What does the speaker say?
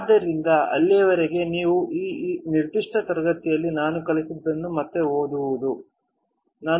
ಆದ್ದರಿಂದ ಅಲ್ಲಿಯವರೆಗೆ ನೀವು ಈ ನಿರ್ದಿಷ್ಟ ತರಗತಿಯಲ್ಲಿ ನಾನು ಕಲಿಸಿದ್ದನ್ನು ಮತ್ತೆ ಓದಬಹುದು